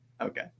Okay